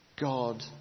God